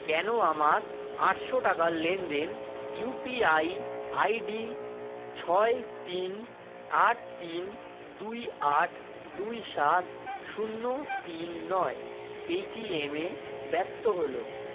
কেন আমার আটশো টাকার লেনদেন ইউপিআই আইডি ছয় তিন আট তিন দুই আট দুই সাত শূন্য তিন নয় পেটিএম এ ব্যৰ্থ হল